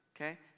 okay